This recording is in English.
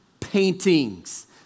paintings